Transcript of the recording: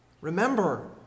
Remember